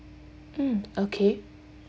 mm okay